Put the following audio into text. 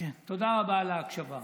תודה רבה על ההקשבה.